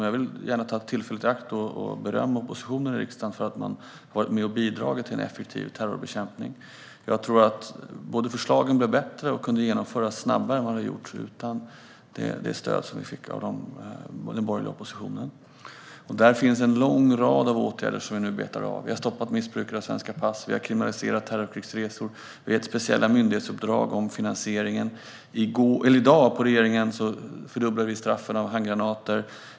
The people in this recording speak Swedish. Jag vill gärna ta tillfället i akt att berömma oppositionen i riksdagen för att man varit med och bidragit till en effektiv terrorbekämpning, för jag tror att förslagen både blev bättre och kunde genomföras snabbare än om vi inte hade fått det stöd som vi fick av den borgerliga oppositionen. Där finns en lång rad av åtgärder som vi nu betar av. Vi har stoppat missbruket av svenska pass, vi har kriminaliserat terrorkrigsresor och vi har gett speciella myndighetsuppdrag vad gäller finansieringen. På regeringssammanträdet i dag beslutade vi att fördubbla straffen för olaglig hantering av handgranater.